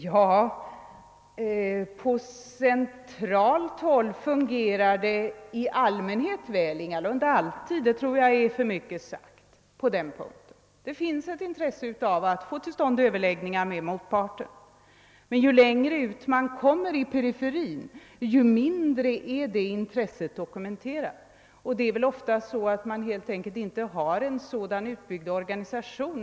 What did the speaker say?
Ja, på centralt håll fungerar det i allmänhet väl. Men jag tror att det skulle vara för mycket sagt att det alltid gör det. Det finns ett intresse av att få till stånd överläggningar med motparten. Men ju längre ut man kommer i periferin, desto mindre är det intresset dokumenterat. Det förhåller sig väl ofta så, att man inte har en sådan utbyggd organisation.